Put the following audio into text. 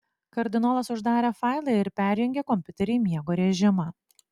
kardinolas uždarė failą ir perjungė kompiuterį į miego režimą